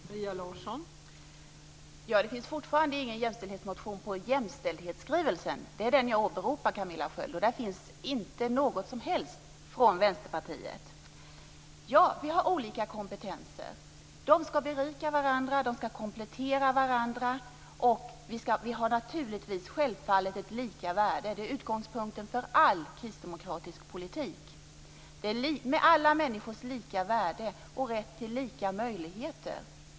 Fru talman! Det finns fortfarande ingen jämställdhetsmotion på jämställdhetsskrivelsen. Det är den jag åberopar, Camilla Sköld Jansson. Där finns inte något som helst från Vänsterpartiet. Vi har olika kompetenser. De ska berika och komplettera varandra, och vi har naturligtvis ett lika värde. Det är utgångspunkten för all kristdemokratisk politik. Det är med alla människors lika värde och rätt till lika möjligheter.